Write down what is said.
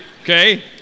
Okay